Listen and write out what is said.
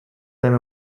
them